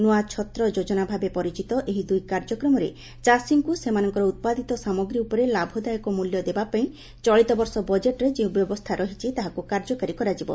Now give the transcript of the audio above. ନୂଆ ଛତ୍ର ଯୋଜନା ଭାବେ ପରିଚିତ ଏହି ଦୁଇ କାର୍ଯ୍ୟକ୍ରମରେ ଚାଷୀଙ୍କୁ ସେମାନଙ୍କର ଉତ୍ପାଦିତ ସାମଗ୍ରୀ ଉପରେ ଲାଭଦାୟକ ମୂଲ୍ୟ ଦେବା ପାଇଁ ଚଳିତବର୍ଷ ବଜେଟ୍ରେ ଯେଉଁ ବ୍ୟବସ୍ଥା ରହିଛି ତାହାକୁ କାର୍ଯ୍ୟକାରୀ କରାଯିବ